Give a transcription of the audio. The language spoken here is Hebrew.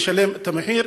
לשלם את המחיר.